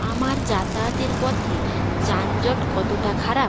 আমার যাতায়াতের পথে যানজট কতটা খারাপ